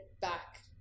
back